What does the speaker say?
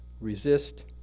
resist